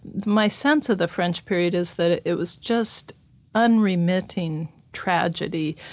my sense of the french period is that it it was just unremitting tragedy,